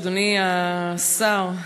אדוני השר,